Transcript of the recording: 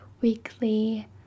weekly